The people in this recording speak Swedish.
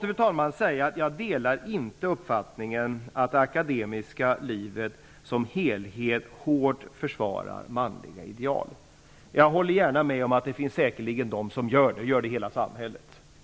Fru talman! Jag delar inte uppfattningen att det akademiska livet som helhet hårt försvarar manliga ideal. Det finns säkerligen de som gör det -- det gör det även i övriga samhället.